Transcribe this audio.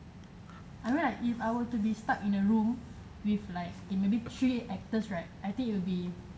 I mean like if I want to be stuck in a room with like okay maybe three actors right I think it will be